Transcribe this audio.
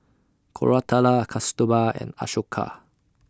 Koratala Kasturba and Ashoka